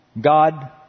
God